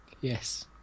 Yes